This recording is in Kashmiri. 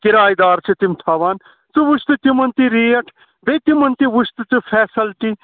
کِراے دار چھِ تِم تھاوان ژٕ وُچھ تہٕ تِمَن تہِ ریٹ بیٚیہِ تِمَن تہِ وُچھ تہٕ ژٕ فیسَلٹی